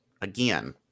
again